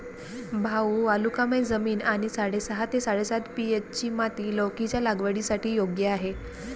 भाऊ वालुकामय जमीन आणि साडेसहा ते साडेसात पी.एच.ची माती लौकीच्या लागवडीसाठी योग्य आहे